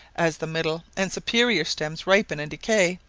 as the middle and superior stems ripen and decay,